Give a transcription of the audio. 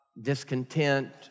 discontent